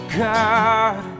god